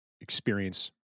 experience